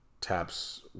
taps